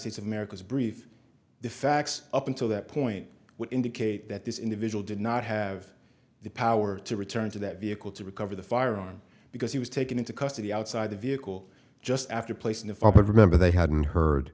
states of america's brief the facts up until that point would indicate that this individual did not have the power to return to that vehicle to recover the firearm because he was taken into custody outside the vehicle just after placing the file but remember they hadn't heard